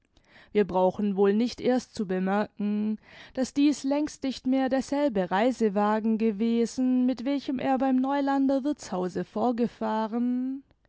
wir brauchen wohl nicht erst zu bemerken daß dieß längst nicht mehr derselbe reisewagen gewesen mit welchem er beim neulander wirthshause vorgefahren